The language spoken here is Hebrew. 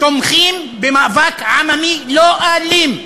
תומכים במאבק עממי לא אלים,